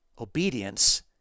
obedience